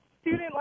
Student